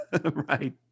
Right